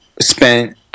spent